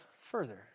further